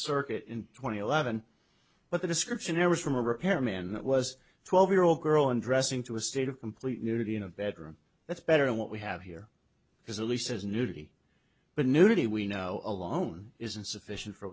circuit in twenty eleven but the description it was from a repairman that was a twelve year old girl undressing to a state of complete unity in a bedroom that's better than what we have here because elisa's nudity but nudity we know alone is insufficient for